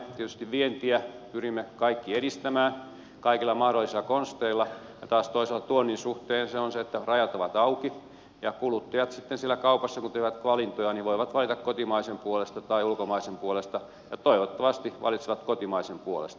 tietysti vientiä py rimme kaikki edistämään kaikilla mahdollisilla konsteilla ja taas toisaalta tuonnin suhteen se on se että rajat ovat auki ja kuluttajat sitten siellä kaupassa kun tekevät valintoja voivat valita kotimaisen puolesta tai ulkomaisen puolesta ja toivottavasti valitsevat kotimaisen puolesta